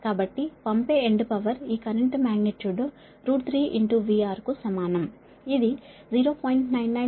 కాబట్టి పంపే end power ఈ కరెంటు మాగ్నిట్యూడ్ 3 VR కు సమానం ఇది 0